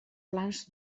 plans